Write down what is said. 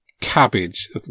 cabbage